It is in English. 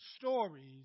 stories